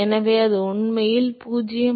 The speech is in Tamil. எனவே அது மீண்டும் 0